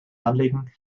anlegen